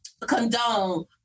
condone